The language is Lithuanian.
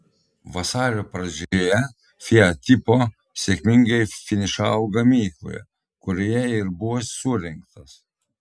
vasario pradžioje fiat tipo sėkmingai finišavo gamykloje kurioje ir buvo surinktas